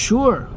Sure